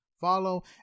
follow